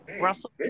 Russell